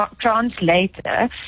translator